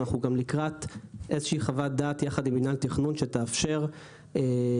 אנחנו לקראת חוות דעת יחד עם מינהל תכנון שתאפשר להעניק